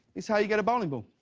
is how you get a bowling ball.